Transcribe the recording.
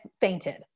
fainted